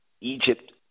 Egypt